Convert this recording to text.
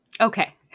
Okay